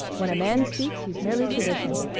when a man speaks he's merely tradition.